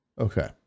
Okay